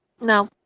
No